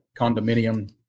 condominium